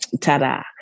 ta-da